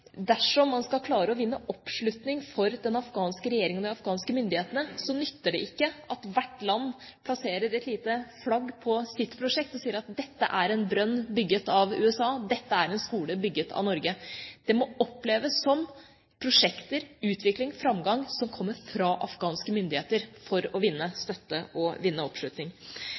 Dersom man skal klare å vinne oppslutning om den afghanske regjeringa og de afghanske myndighetene, nytter det ikke at hvert land plasserer et lite flagg på sitt prosjekt og sier at dette er en brønn bygget av USA, eller at dette er en skole bygget av Norge. For å vinne støtte og oppslutning må det oppleves som prosjekter, utvikling, framgang som kommer fra afghanske myndigheter.